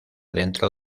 dentro